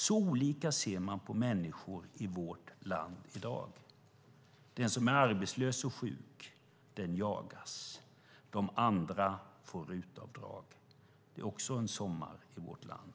Så olika ser man på människor i vårt land i dag. Den som är arbetslös och sjuk, den jagas. De andra får RUT-avdrag. Det är också en sommar i vårt land.